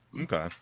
Okay